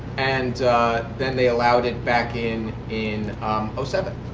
and then they allowed it back in in seven.